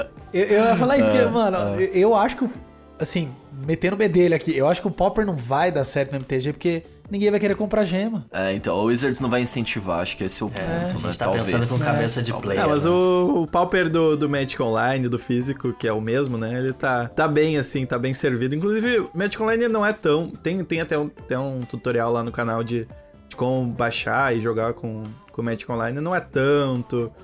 Eu- eu ia falar isso que, É, mano, é. eu- eu acho que o- assim, metendo o bedelho aqui, eu acho que o Pauper não vai dar certo no MTG porque ninguém vai querer comprar gema. É, então, o Wizards não vai incentivar, acho que esse é o É, ponto, a né, gente tá pensando talvez. com cabeça de Talvez. player, Ah, mas né? o- o Pauper do- do Magic Online, do físico, que é o mesmo, né, ele tá- tá bem assim, tá bem servido. Inclusive, o Magic Online não é tão- tem- tem até um- tem um tutorial lá no canal de- de como baixar e jogar com- com o Magic Online, não é tanto